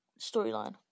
storyline